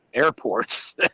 airports